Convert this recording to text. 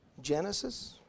Genesis